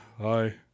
Hi